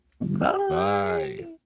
bye